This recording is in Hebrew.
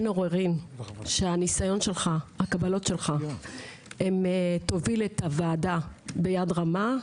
אין עוררין שהניסיון שלך והקבלות שלך יובילו את הוועדה בים רמה.